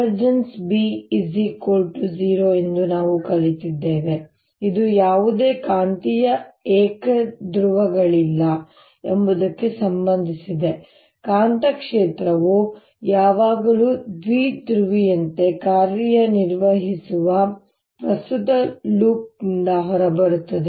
B 0 ಎಂದು ನಾವು ಕಲಿತಿದ್ದೇವೆ ಇದು ಯಾವುದೇ ಕಾಂತೀಯ ಏಕಧ್ರುವಗಳಿಲ್ಲ ಎಂಬುದಕ್ಕೆ ಸಂಬಂಧಿಸಿದೆ ಕಾಂತಕ್ಷೇತ್ರವು ಯಾವಾಗಲೂ ದ್ವಿಧ್ರುವಿಯಂತೆ ಕಾರ್ಯನಿರ್ವಹಿಸುವ ಪ್ರಸ್ತುತ ಲೂಪ್ನಿಂದ ಹೊರಬರುತ್ತದೆ